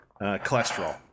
Cholesterol